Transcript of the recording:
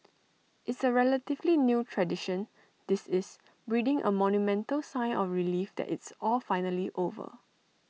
it's A relatively new tradition this is breathing A monumental sigh of relief that it's all finally over